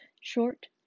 Short